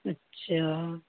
अच्छा